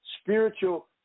spiritual